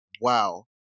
Wow